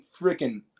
freaking